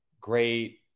great